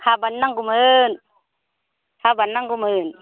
हाबानि नांगौमोन हाबानि नांगौमोन